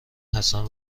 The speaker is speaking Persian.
حسن